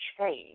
change